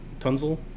Tunzel